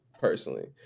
personally